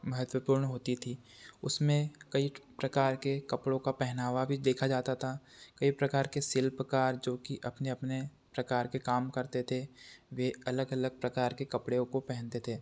महत्वपूर्ण होती थी उसमें कई प्रकार के कपड़ों का पहनावा भी देखा जाता था कई प्रकार के शिल्पकार जो कि अपने अपने प्रकार के काम करते थे वे अलग अलग प्रकार के कपड़ों को पहनते थे